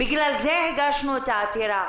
בגלל זה הגשנו את העתירה,